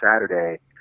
Saturday